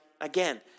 again